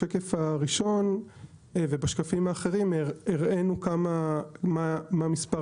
בשקף הראשון ובשקפים האחרים הראינו מה מספר